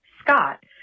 Scott